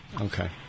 Okay